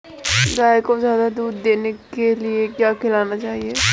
गाय को ज्यादा दूध देने के लिए क्या खिलाना चाहिए?